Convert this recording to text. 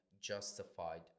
justified